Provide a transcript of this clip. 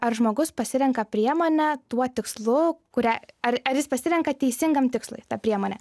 ar žmogus pasirenka priemonę tuo tikslu kurią ar ar jis pasirenka teisingam tikslui tą priemonę